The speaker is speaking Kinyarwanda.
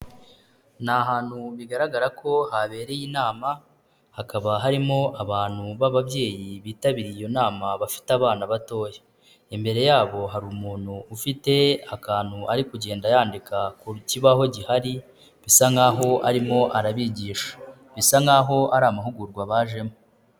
Ni ahantu bigaragara ko habereye inama, hakaba harimo abantu b'ababyeyi bitabiriye iyo nama bafite abana batoya. Imbere yabo hari umuntu ufite akantu ari kugenda yandika ku kibaho gihari, bisa nkaho arimo arabigisha. Bisa nkaho ari amahugurwa bajemo.